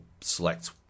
select